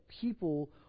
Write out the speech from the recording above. people